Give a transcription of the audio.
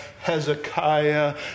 Hezekiah